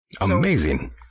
Amazing